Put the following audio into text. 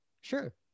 Sure